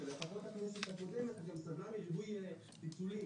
--- הכנסת הקודמת גם סבלה מריבוי פיצולים,